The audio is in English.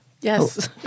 Yes